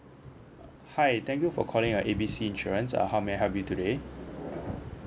hi thank you for calling your A B C insurance uh how may I help you today